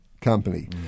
company